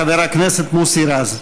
חבר הכנסת מוסי רז.